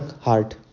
hard